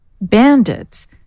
Bandits